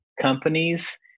companies